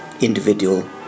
individual